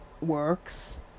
works